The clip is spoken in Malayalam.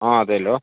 ആ അതേലോ